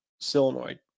solenoid